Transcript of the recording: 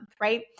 right